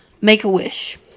Make-A-Wish